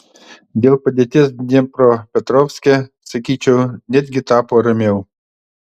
dėl padėties dniepropetrovske sakyčiau netgi tapo ramiau